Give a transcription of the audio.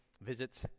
visits